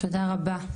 תודה רבה,